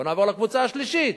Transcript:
בוא נעבור לקבוצה השלישית,